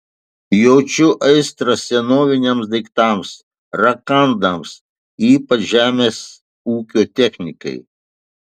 jaučiu aistrą senoviniams daiktams rakandams ypač žemės ūkio technikai